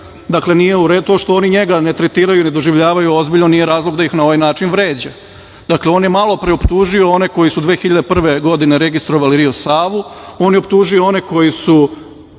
njega. Nije u redu. To što oni njega ne tretiraju i ne doživljavaju ozbiljno nije razloga da ih na ovaj način vređa. Dakle, on je malopre optužio one koji su 2001. godine registrovali „Rio Savu“, on je optužio one koji su